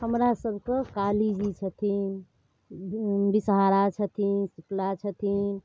हमरासभके कालीजी छथिन बिषहारा छथिन शीतला छथिन